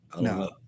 No